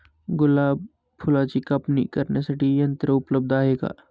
गुलाब फुलाची कापणी करण्यासाठी यंत्र उपलब्ध आहे का?